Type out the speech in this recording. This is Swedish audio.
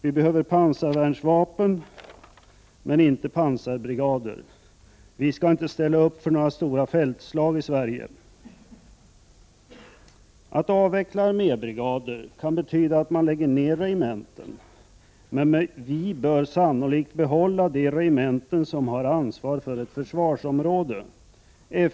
Vi behöver pansarvärnsvapen men inte pansarbrigader. Vi skall inte ställa upp för några stora fältslag i Sverige. Att avveckla armébrigader kan betyda att man lägger ned regementen, men vi bör sannolikt behålla de regementen som har ansvar för ett försvarsområde.